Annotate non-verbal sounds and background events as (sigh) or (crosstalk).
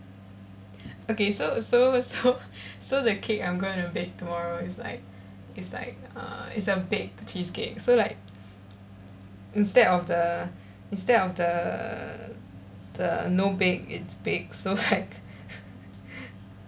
okay so so so (laughs) so the cake I'm going to bake tomorrow is like is like uh is a baked cheesecake so like instead of the instead of the the no bake it's baked so like (laughs)